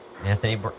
Anthony